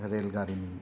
rail गारिनि